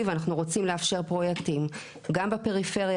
ואנחנו רוצים לאפשר פרויקטים גם בפריפריה,